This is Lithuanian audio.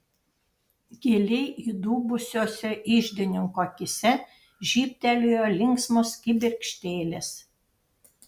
giliai įdubusiose iždininko akyse žybtelėjo linksmos kibirkštėlės